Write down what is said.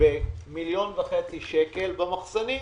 ב-1.5 מיליון שקל והן נמצאות במחסנים,